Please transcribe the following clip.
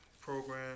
program